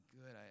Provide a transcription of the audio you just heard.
good